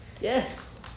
Yes